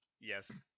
Yes